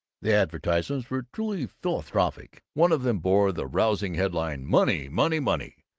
the advertisements were truly philanthropic. one of them bore the rousing headline money! money! money!